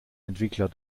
entwickler